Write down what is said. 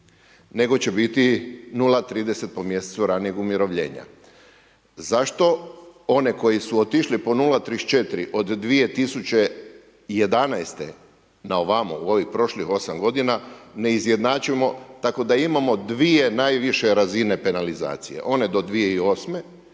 nego će biti 0,30 po mjesecu ranijeg umirovljenja. Zašto one koji su otišli po 0,34 od 2011. na ovamo u ovih prošlih 8 godina ne izjednačimo tako da imamo dvije najviše razine penalizacije, one do 2008.